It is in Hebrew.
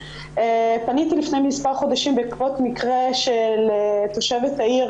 פניתי לפני מספר חודשים בעקבות מקרה של תושבת העיר